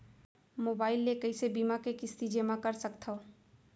Mobile ले कइसे बीमा के किस्ती जेमा कर सकथव?